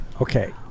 Okay